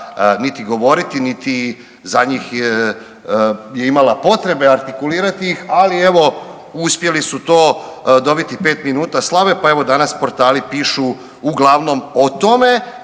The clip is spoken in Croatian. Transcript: niti govoriti, niti za njih je imala potrebe artikulirati ih. Ali evo uspjeli su to dobiti pet minuta slave, pa evo danas portali pišu uglavnom o tome